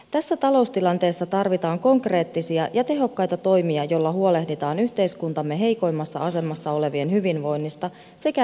tässä taloustilanteessa tarvitaan konkreettisia ja tehokkaita toimia joilla huolehditaan yhteiskuntamme heikoimmassa asemassa olevien hyvinvoinnista sekä riittävästä toimeentulosta